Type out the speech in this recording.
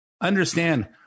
understand